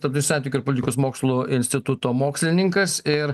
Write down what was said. tarptautinių santykių ir politikos mokslų instituto mokslininkas ir